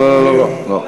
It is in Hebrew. לא, לא, לא.